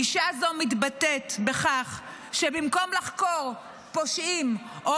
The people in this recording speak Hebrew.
גישה זו מתבטאת בכך שבמקום לחקור פושעים או